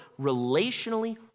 relationally